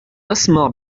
أسمع